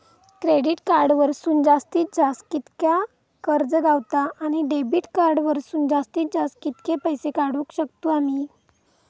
Credit card वरसून जास्तीत जास्त कितक्या कर्ज गावता, आणि डेबिट कार्ड वरसून जास्तीत जास्त कितके पैसे काढुक शकतू आम्ही?